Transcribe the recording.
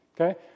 Okay